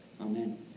Amen